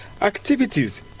activities